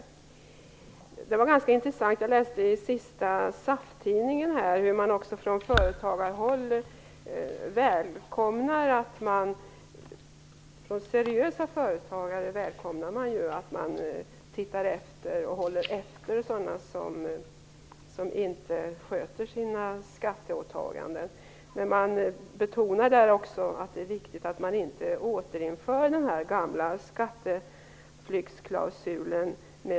Jag läste någonting ganska intressant i den senaste SAF-tidningen, om hur man också från företagarhåll, från seriösa företagare, välkomnar att sådana som inte sköter sina skatteåtaganden hålls efter. Det betonas där också att det är viktigt att man inte återinför den gamla skatteflyktsklausulen.